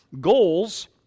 goals